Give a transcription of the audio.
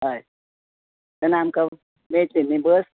हय तेन्ना आमकां मेळटली न्हय बस